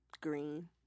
green